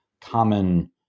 common